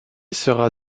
sera